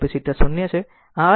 capacitor 0 છે